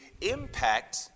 impact